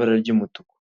hari n'ayandi yandikishije umukara.